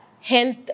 health